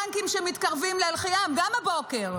טנקים שמתקרבים לאל-חיאם גם הבוקר,